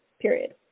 period